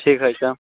ठीक हइ तऽ